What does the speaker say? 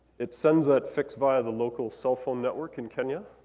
it sends that fix via the local cell phone network in kenya